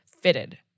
fitted